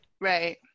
Right